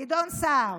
גדעון סער.